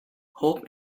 hope